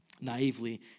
naively